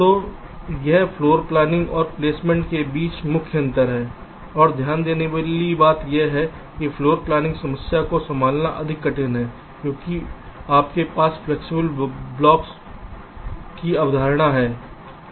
तो यह floor planning और प्लेसमेंट के बीच मुख्य अंतर है और ध्यान देने वाली बात यह है कि फ़्लोर प्लानिंग समस्या को संभालना अधिक कठिन है क्योंकि आपके पास फ्लैक्सिबल ब्लॉकों की अवधारणा है